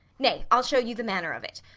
nay, i'll show you the manner of it.